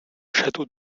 château